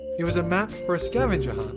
it was a map for a scavenger